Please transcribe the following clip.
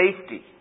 safety